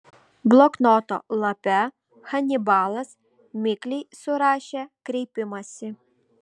bloknoto lape hanibalas mikliai surašė kreipimąsi